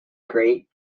great